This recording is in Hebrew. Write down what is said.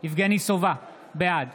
יבגני סובה, בעד